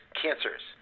cancers